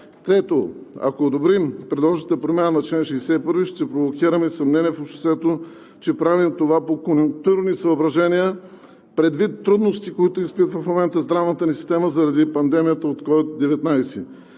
Трето, ако одобрим предложената промяна на чл. 61, ще провокираме съмнения в обществото, че правим това по конюнктурни съображения, предвид трудностите, които в момента изпитва здравната ни система заради пандемията от COVID-19.